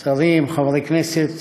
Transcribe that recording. שרים, חברי כנסת,